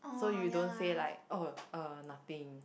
so you don't say like oh uh nothing